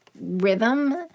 rhythm